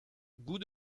goût